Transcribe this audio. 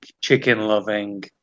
chicken-loving